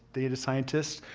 data scientists,